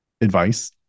advice